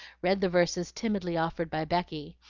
read the verses timidly offered by becky,